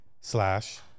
Slash